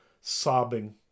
sobbing